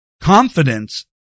confidence